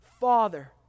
Father